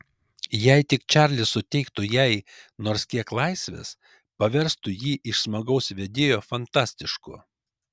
jei tik čarlis suteiktų jai nors kiek laisvės paverstų jį iš smagaus vedėjo fantastišku